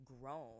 grown